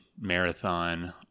marathon